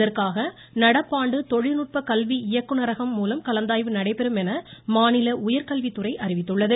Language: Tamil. இதற்காக நடப்பாண்டு தொழில்நுட்ப கல்வி இயக்குநரகம் மூலம் கலந்தாய்வு நடைபெறும் என மாநில உயர்கல்வித்துறை அறிவித்துள்ளது